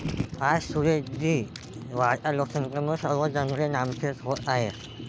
आज सुरेश जी, वाढत्या लोकसंख्येमुळे सर्व जंगले नामशेष होत आहेत